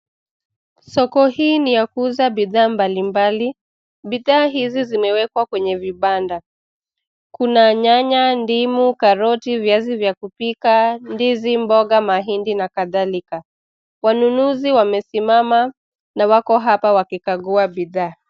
Soko hii ni ya kuuza bidhaa mbali mbali. Bidhaa hizi zimewekwa kwenye vibanda, kuna nyanya, ndimu, karoti, viazi vya kupika, ndizi, mboga, mahindi na kadhalika. Wanunuzi wamesimama, na wako hapa wakikagua bidhaa.